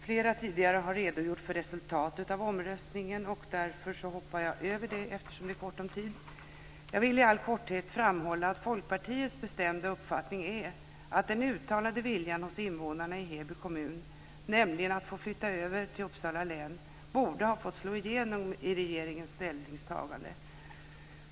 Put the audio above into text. Flera har tidigare redogjort för resultatet av omröstningen. Därför och eftersom det är ont om tid hoppar jag över det. Jag vill i all korthet framhålla att Folkpartiets bestämda uppfattning är att den uttalade viljan hos invånarna i Heby kommun, nämligen att få flytta över till Uppsala län, borde ha fått slå igenom i regeringens ställningstagande.